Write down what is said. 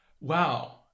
Wow